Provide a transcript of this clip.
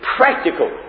practical